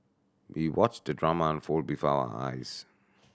we watched the drama unfold before our eyes